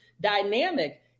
dynamic